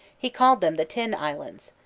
he called them the tin islands.